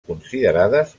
considerades